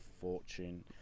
fortune